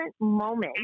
moment